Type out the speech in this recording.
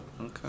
Okay